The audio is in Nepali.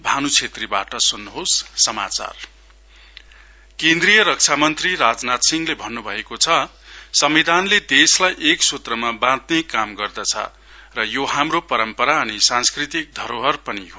राजनाथ सिंह केन्द्रिय रक्षा मन्त्री राजनाथ सिंहले भन्नु भएको छ संविधानले देशलाई एक सूत्रमा बाँध्रे काम गर्छ र यो हाम्रो परम्परा अनि सांस्कृतिक धरोहर पनि हो